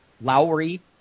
Lowry